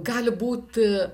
gali būt